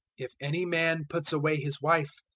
if any man puts away his wife,